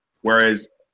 Whereas